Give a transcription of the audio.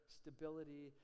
stability